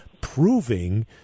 proving